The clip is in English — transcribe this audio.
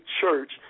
church